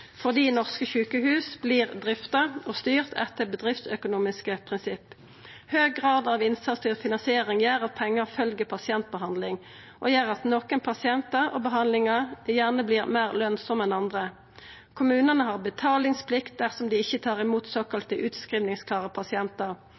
fordi norske sjukehus vert drifta og styrte etter bedriftsøkonomiske prinsipp. Høg grad av innsatsstyrt finansiering gjer at pengar følgjer pasientbehandling, og at nokre pasientar og behandlingar gjerne vert meir lønsame enn andre. Kommunane har betalingsplikt dersom dei ikkje tar imot